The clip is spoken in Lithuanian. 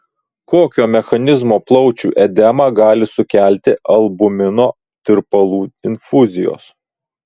kokio mechanizmo plaučių edemą gali sukelti albumino tirpalų infuzijos